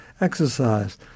exercise